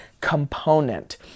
component